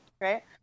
Right